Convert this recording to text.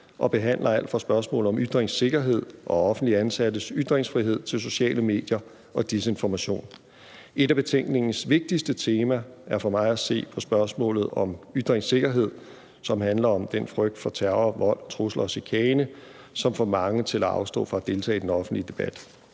og behandler alt fra spørgsmålet om ytringssikkerhed og offentligt ansattes ytringsfrihed til sociale medier og desinformation. Et af betænkningens vigtigste temaer er for mig at se spørgsmålet om ytringssikkerhed, som handler om den frygt for terror og vold, trusler og chikane, som får mange til at afstå fra at deltage i den offentlige debat.